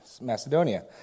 Macedonia